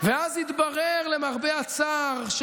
ואז למרבה הצער התברר,